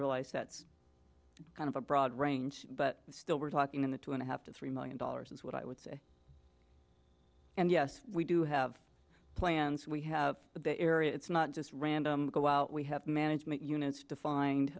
realize that's kind of a broad range but still we're talking in the two and a half to three million dollars is what i would say and yes we do have plans we have the bay area it's not just random while we have management units defined